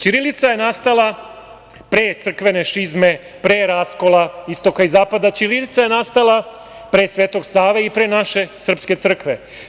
Ćirilica je nastala pre crkvene šizme, pre raskola Istoka i Zapada, ćirilica je nastala pre Svetog Save i pre naše srpske crkve.